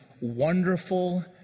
Wonderful